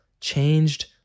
changed